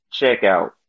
checkout